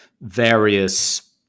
various